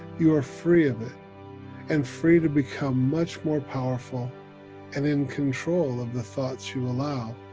you are free of it and free to become much more powerful and in control of the thoughts you allow,